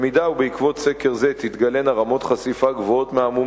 אם תתגלינה בעקבות סקר זה רמות חשיפה גבוהות מהמומלץ,